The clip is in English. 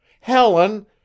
helen